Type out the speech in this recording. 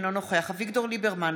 אינו נוכח אביגדור ליברמן,